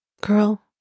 girl